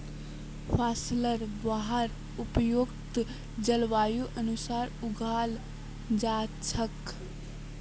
फसलेर वहार उपयुक्त जलवायुर अनुसार उगाल जा छेक